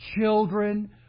children